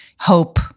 hope